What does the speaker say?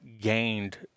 gained